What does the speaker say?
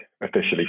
officially